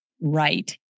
right